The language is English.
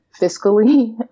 fiscally